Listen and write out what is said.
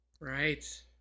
right